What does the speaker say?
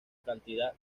cantidad